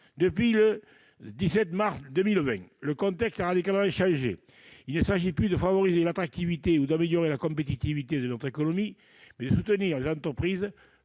Depuis le 17 mars 2020, le contexte a radicalement changé. Il s'agit non plus de favoriser l'attractivité ou d'améliorer la compétitivité de notre économie, mais de soutenir les entreprises